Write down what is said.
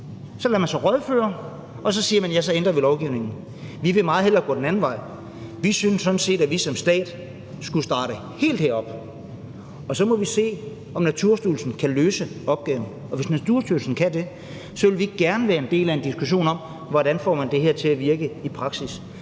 Man lader sig rådgive, og man siger så, at man ændrer lovgivningen. Vi vil meget hellere gå den anden vej. Vi synes sådan set, at vi som stat skulle starte helt heroppe, og så må vi se, om Naturstyrelsen kan løse opgaven, og hvis Naturstyrelsen kan det, vil vi gerne være en del af en diskussion om, hvordan man får det her til at virke i praksis.